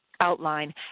outline